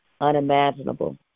unimaginable